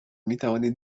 میتواند